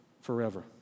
forever